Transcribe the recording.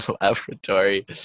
Laboratory